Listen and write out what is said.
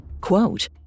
quote